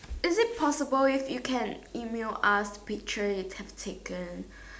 is it possible if you can email us picture you have taken